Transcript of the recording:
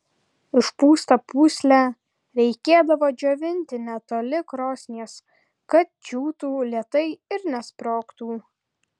išpūstą pūslę reikėdavo džiovinti netoli krosnies kad džiūtų lėtai ir nesprogtų